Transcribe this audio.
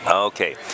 Okay